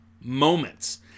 moments